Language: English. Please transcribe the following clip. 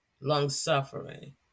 long-suffering